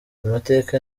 amateka